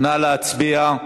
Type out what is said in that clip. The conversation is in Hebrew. נא להצביע.